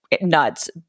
nuts